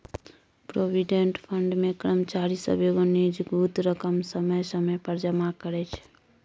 provident fund मे कर्मचारी सब एगो निजगुत रकम समय समय पर जमा करइ छै